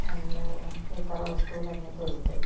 అన్నీ ఇతర వస్తువులన్నీ దొరుకుతాయి